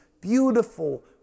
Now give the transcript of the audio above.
beautiful